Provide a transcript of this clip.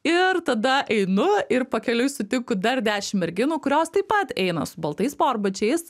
ir tada einu ir pakeliui sutinku dar dešim merginų kurios taip pat eina su baltais sportbačiais